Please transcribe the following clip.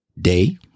day